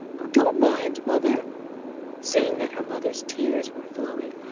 don't mind, mother seeing that her mother's tears were flowing.